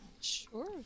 Sure